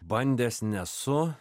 bandęs nesu